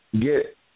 get